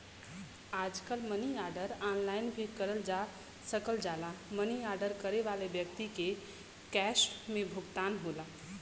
आजकल money order online भी करल जा सकल जाला मनी आर्डर करे वाले व्यक्ति के कैश में भुगतान होला